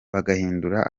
bagahindura